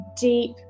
deep